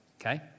okay